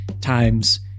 times